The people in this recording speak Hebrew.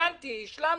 הבנתי, השלמתי.